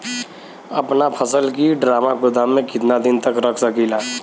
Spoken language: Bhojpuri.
अपना फसल की ड्रामा गोदाम में कितना दिन तक रख सकीला?